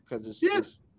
Yes